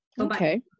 Okay